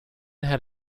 had